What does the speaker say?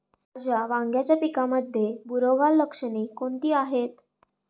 माझ्या वांग्याच्या पिकामध्ये बुरोगाल लक्षणे कोणती आहेत?